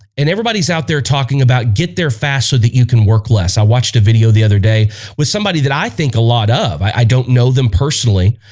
and everybody's out there talking about get there fast so that you can work less i watched a video the other day with somebody that i think a lot of i don't know them personally,